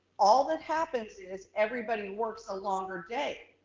all that happens is everybody works a longer day.